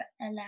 allow